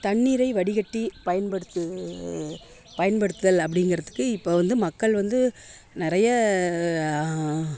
தண்ணீரை வடிகட்டி பயன்படுத்து பயன்படுத்துதல் அப்படிங்கிறதுக்கு இப்போ வந்து மக்கள் வந்து நிறைய